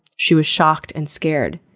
she was shocked and scared.